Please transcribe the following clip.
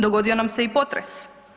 Dogodio nam se i potres.